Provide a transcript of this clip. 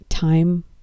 time